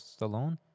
Stallone